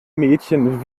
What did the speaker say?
mädchen